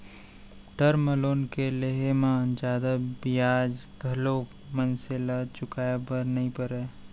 term loan के लेहे म जादा बियाज घलोक मनसे ल चुकाय बर नइ परय